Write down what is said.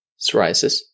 psoriasis